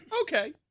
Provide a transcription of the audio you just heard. Okay